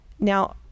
Now